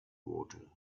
water